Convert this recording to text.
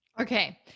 Okay